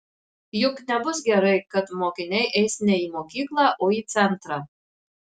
juk nebus gerai kad mokiniai eis ne į mokyklą o į centrą